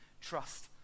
trust